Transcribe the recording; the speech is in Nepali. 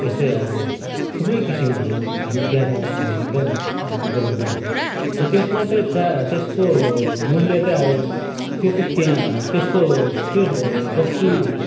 यस्तै अब थुप्रै किसिमहरू होइन त्यहाँ पाउ एकदम उपलब्ध हुन्छ र त्यसमा चाहिँ प्रायः त्यसको मूल्य त अब त्यो त त्यहाँ त्यसको त्यो वस्तु